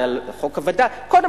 קודם